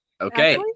Okay